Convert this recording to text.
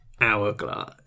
hourglass